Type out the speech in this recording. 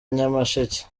nyamasheke